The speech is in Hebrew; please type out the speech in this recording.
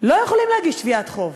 לא יכולים להגיש תביעת חוב,